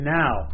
now